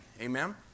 amen